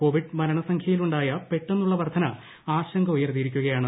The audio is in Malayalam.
കോവിഡ് മരണസംഖൃയിലുണ്ടായ പെട്ടെന്നുള്ള വർധന ആശങ്ക ഉയർത്തിയിരിക്കുകയാണ്